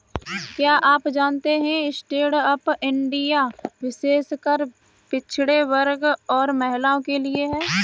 क्या आप जानते है स्टैंडअप इंडिया विशेषकर पिछड़े वर्ग और महिलाओं के लिए है?